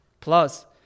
Plus